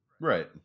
Right